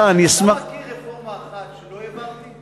אתה מכיר רפורמה אחת שלא העברתי?